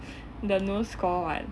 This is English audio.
the new score [one]